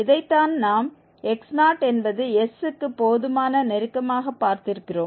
இதைத்தான் நாம் x0 என்பது s க்கு போதுமான நெருக்கமாக பார்த்திருக்கிறோம்